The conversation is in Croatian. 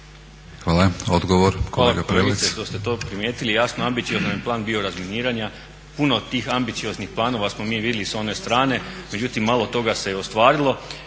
Hvala. Odgovor, kolega Prelec. **Prelec, Alen (SDP)** Hvala kolegice … primijetili. Jasno, ambiciozan je plan bio razminiranja. Puno tih ambicioznih planova smo mi vidjeli s one strane, međutim malo toga se ostvarilo.